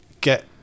get